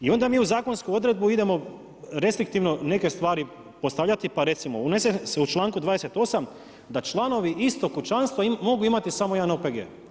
I onda mu u zakonsku odredbu idemo restriktivno neke stvari postavljati pa recimo unese se u članku 28. da članovi istog kućanstva mogu imati samo jedan OPG.